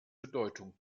bedeutung